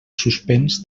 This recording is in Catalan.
suspens